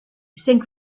cinq